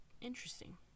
Interesting